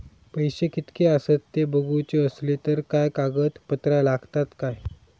पैशे कीतके आसत ते बघुचे असले तर काय कागद पत्रा लागतात काय?